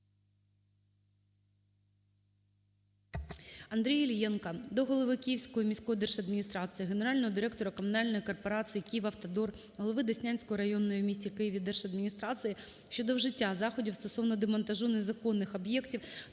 Андрія Іллєнка до голови Київської міської держадміністрації, генерального директора комунальної корпорації "Київавтодор", голови Деснянської районної в місті Києві держадміністрації щодо вжиття заходів стосовно демонтажу незаконних об'єктів